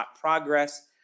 progress